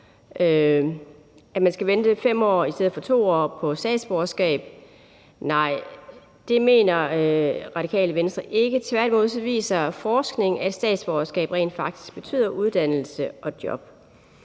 at folk skal vente i 5 år i stedet for 2 år på et statsborgerskab. Nej, det mener Radikale Venstre ikke. Tværtimod viser forskning, at et statsborgerskab rent faktisk betyder uddannelse og job,